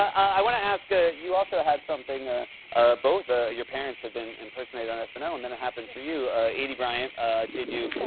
i want to ask ah you also had something ah ah both ah your parents have been impersonated on snl, and then it happened for you aidy bryant did you.